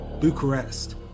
Bucharest